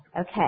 Okay